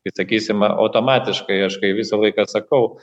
tai sakysime automatiškai aš kai visą laiką sakau